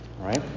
right